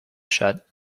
shut